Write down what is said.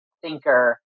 thinker